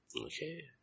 Okay